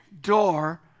door